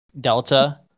delta